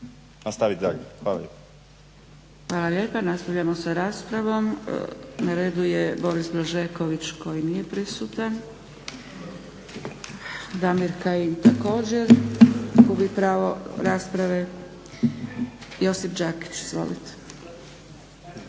**Zgrebec, Dragica (SDP)** Hvala lijepa. Nastavljamo sa raspravom. Na redu je Boris Blažeković koji nije prisutan. Damir Kajin, također gubi pravo rasprave. Josip Đakić, izvolite.